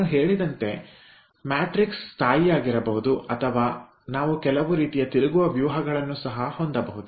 ನಾನು ಹೇಳಿದಂತೆ ವ್ಯೂಹ ಸ್ಥಾಯಿ ಆಗಿರಬಹುದು ಅಥವಾ ನಾವು ಕೆಲವು ರೀತಿಯ ತಿರುಗುವ ವ್ಯೂಹಗಳನ್ನು ಸಹ ಹೊಂದಬಹುದು